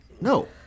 no